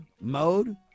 mode